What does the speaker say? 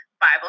Bible